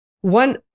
one